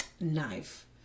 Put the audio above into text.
knife